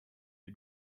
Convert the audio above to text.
des